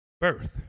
birth